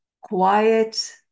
quiet